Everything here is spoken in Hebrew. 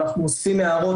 אנחנו אוספים הערות,